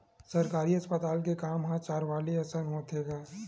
सरकारी अस्पताल के काम ह चारवाली असन होथे गा